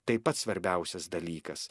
tai pats svarbiausias dalykas